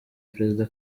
perezida